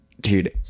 Dude